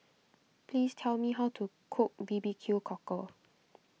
please tell me how to cook B B Q Cockle